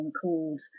called